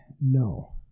no